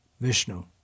Vishnu